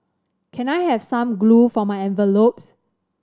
can I have some glue for my envelopes